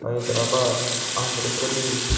Hyderabad Andhra Pradesh